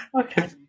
Okay